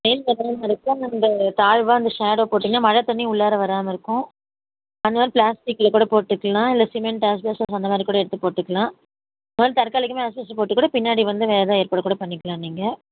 main வரைக்கும் and தாழ்வாக அந்த ஒரு ஷேடோ போட்டிங்கனால் மழை தண்ணி உள்ளார வராமல் இருக்கும் அந்த மாதிரி பிளாஸ்டிக்கில் கூட போட்டுக்கலாம் இல்லை சிமெண்ட் அஸ்பட்டாஸ் ஷீட் அந்த மாதிரிக்கூட எடுத்து போட்டுக்கலாம் அதனால் தற்காலிகமாக அஸ்பட்டாஸ் ஷீட் போட்டு கூட பின்னாடி வந்து வேறு ஏற்பாடு கூட பண்ணிக்கலாம் நீங்கள்